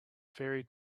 ferry